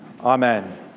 Amen